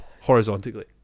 horizontally